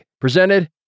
presented